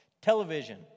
Television